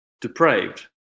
depraved